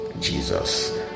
jesus